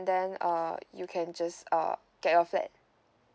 then uh you can just err get your flat